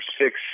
six